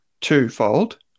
twofold